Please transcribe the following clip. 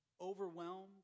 overwhelmed